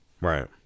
Right